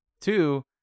Two